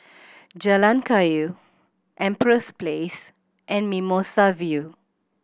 Jalan Kayu Empress Place and Mimosa View